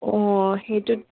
অঁ সেইটোত